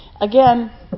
again